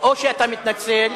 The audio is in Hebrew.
או שאתה מתנצל,